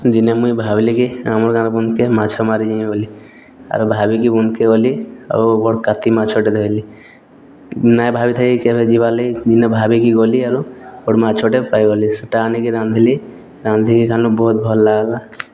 ଦିନେ ମୁଇଁ ଭାବ୍ଲି କି ଆମର୍ ଗାଁ ବନ୍ଧ୍କେ ମାଛ ମାରିଯିମି ବଲି ଆର୍ ଭାବିକି ବନ୍ଧ୍କେ ଗଲି ଆଉ ବଡ଼୍ କାତି ମାଛଟେ ଧଇଲି ନାଇଁ ଭାବିଥାଇ କେବେ ଯିବାର୍ ଲାଗି ଦିନେ ଭାବିକି ଗଲି ଆରୁ ବଡ଼୍ ମାଛଟେ ପାଇଗଲି ସେଟା ଆଣିକି ରାନ୍ଧିଲି ରାନ୍ଧିକି ଖାଏଲୁ ବହୁତ୍ ଭଲ୍ ଲାଗ୍ଲା